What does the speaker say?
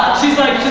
she's like,